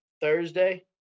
Thursday